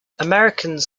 americans